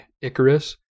Icarus